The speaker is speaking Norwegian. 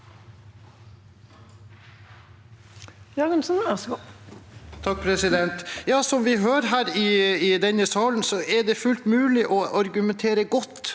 Som vi hører i denne salen, er det fullt mulig å argumentere godt